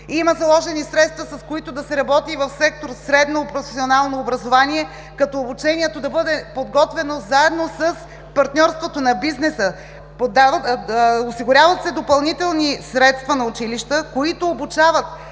има заложени средства, с които да се работи в сектор „Средно професионално образование“, като обучението да бъде подготвено заедно с партньорството на бизнеса. Осигуряват се допълнителни средства на училища, които обучават